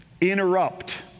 interrupt